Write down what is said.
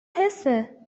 حسه